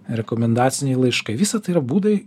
rekomendaciniai laiškai visa tai yra būdai